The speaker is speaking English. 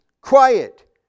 quiet